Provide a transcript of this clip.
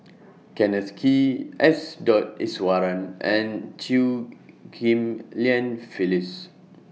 Kenneth Kee S Dot Iswaran and Chew Ghim Lian Phyllis